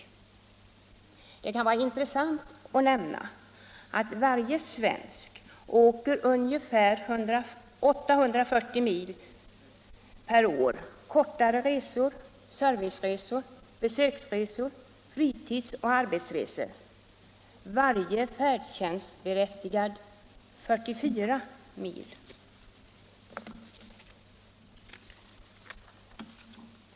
Det kan kanske vara av intresse att nämna att varje svensk åker ungefär 840 mil per år — kortare resor, serviceresor, besöksresor, fritidsoch arbetsresor — men varje färdtjänstberättigad åker 44 mil.